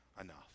enough